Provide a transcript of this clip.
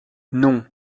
non